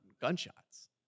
gunshots